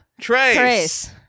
Trace